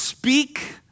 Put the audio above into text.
Speak